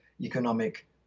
economic